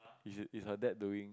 you should is her dad doing